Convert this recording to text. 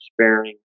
sparing